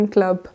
Club